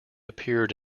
appeared